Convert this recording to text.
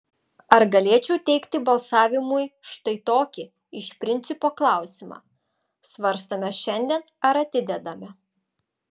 ar galėčiau teikti balsavimui štai tokį iš principo klausimą svarstome šiandien ar atidedame